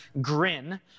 grin